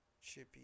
chippy